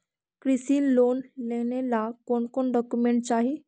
कृषि लोन लेने ला कोन कोन डोकोमेंट चाही?